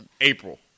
April